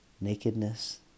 nakedness